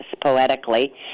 poetically